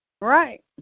Right